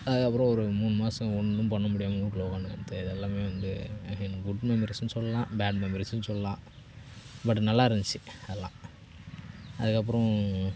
அதுக்கு அப்புறம் ஒரு மூணு மாதம் ஒன்றும் பண்ண முடியாமல் வீட்டுல உக்காந்துகிறது இது எல்லாமே வந்து குட் மெமெரிஸ்னு சொல்லலாம் பேட் மெமெரிஸ்ஸுன்னும் சொல்லலாம் பட் நல்லாருந்துச்சு அதெலாம் அதுக்கு அப்புறம்